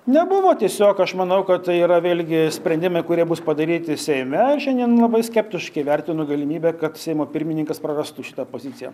nebuvo tiesiog aš manau kad tai yra vėlgi sprendimai kurie bus padaryti seime ir šiandien labai skeptiškai vertinu galimybę kad seimo pirmininkas prarastų šitą poziciją